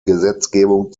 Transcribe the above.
gesetzgebung